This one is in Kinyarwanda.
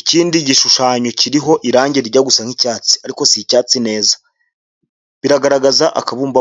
ikindi gishushanyo kiriho irangi rijya gusa nk'icyatsi ariko si icyatsi ariko si icyatsi neza, biragaragaza akabumbampore.